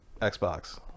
Xbox